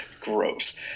Gross